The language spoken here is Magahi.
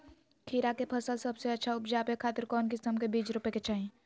खीरा के फसल सबसे अच्छा उबजावे खातिर कौन किस्म के बीज रोपे के चाही?